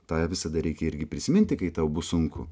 tą visada reikia irgi prisiminti kai tau bus sunku